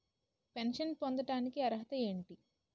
Pension పొందడానికి అర్హత ఏంటి?